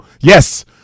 Yes